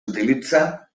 utilitza